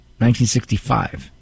1965